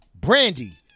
Brandy